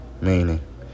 meaning